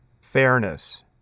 fairness